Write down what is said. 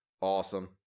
Awesome